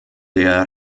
der